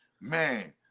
Man